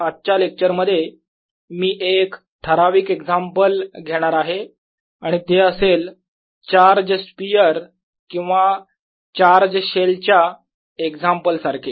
आजच्या लेक्चर मध्ये मी एक ठराविक एक्झाम्पल घेणार आहे आणि ते असेल चार्ज स्पियर किंवा चार्ज शेल च्या एक्झाम्पल सारखे